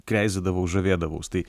kreizėdavau žavėdavaus tai